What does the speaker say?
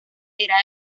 era